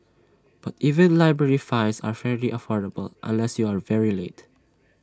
but even library fines are fairly affordable unless you are very late